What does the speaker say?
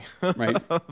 Right